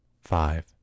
five